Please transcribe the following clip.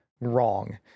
wrong